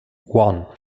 one